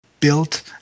built